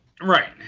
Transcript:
Right